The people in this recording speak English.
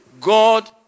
God